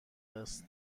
است